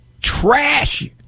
trash